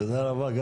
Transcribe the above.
תודה רבה.